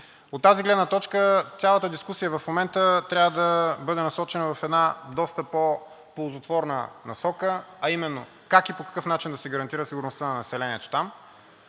От тази гледна точка цялата дискусия в момента трябва да бъде насочена в една доста по-ползотворна насока, а именно как и по какъв начин да се гарантира сигурността на населението там